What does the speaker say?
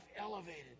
elevated